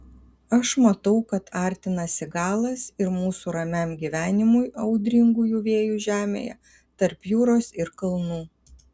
aš matau kad artinasi galas ir mūsų ramiam gyvenimui audringųjų vėjų žemėje tarp jūros ir kalnų